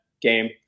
game